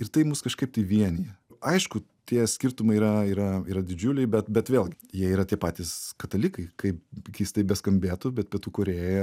ir tai mus kažkaip tai vienija aišku tie skirtumai yra yra yra didžiuliai bet bet vėlgi jie yra tie patys katalikai kaip keistai beskambėtų bet pietų korėjoje